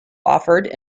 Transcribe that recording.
offered